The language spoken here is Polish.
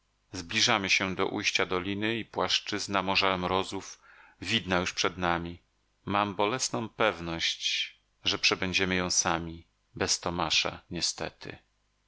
zbliżamy się do ujścia doliny i płaszczyzna morza mrozów widna już przed nami mam bolesną pewność że przebędziemy ją sami bez tomasza niestety